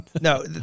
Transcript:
No